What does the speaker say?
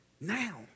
Now